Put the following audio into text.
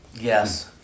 yes